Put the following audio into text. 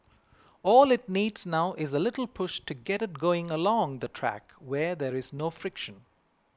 all it needs now is a little push to get it going along the track where there is no friction